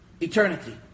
eternity